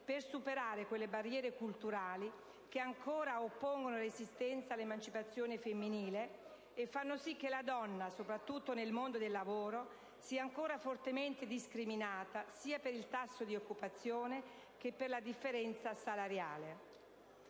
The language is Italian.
per superare quelle barriere culturali che ancora oppongono resistenza all'emancipazione femminile e fanno sì che la donna, soprattutto nel mondo del lavoro sia ancora fortemente discriminata sia per tasso di occupazione che per differenza salariale.